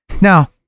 Now